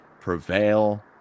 prevail